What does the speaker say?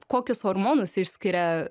kokius hormonus išskiria